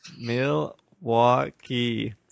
Milwaukee